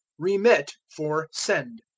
remit for send.